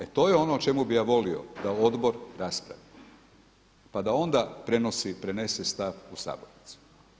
E, to je ono o čemu bi ja volio da Odbor raspravi, pa da onda prenese stav u sabornici.